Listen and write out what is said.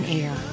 air